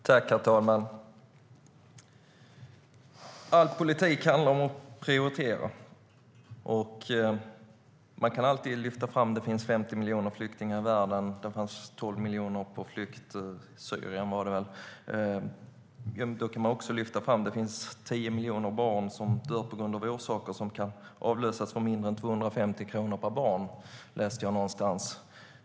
Herr talman! All politik handlar om att prioritera. Man kan alltid lyfta fram att det finns 50 miljoner flyktingar i världen och 12 miljoner på flykt i Syrien, var det väl. Men då kan man också lyfta fram att det finns 10 miljoner barn som dör av orsaker som kan avhjälpas för mindre än 250 kronor per barn, som jag läste någonstans.